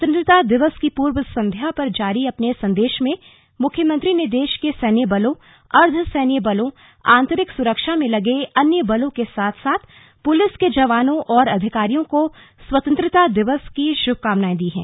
स्वतंत्रता दिवस की पूर्व संध्या पर जारी अपने संदेश में मुख्यमंत्री ने देश के सैन्य बलों अर्द्वसैन्य बलों आंतरिक सुरक्षा में लगे अन्य बलों के साथ साथ पुलिस के जवानों और अधिकारियों को स्वतंत्रता दिवस की शुभकामनाए दी हैं